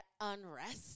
unrest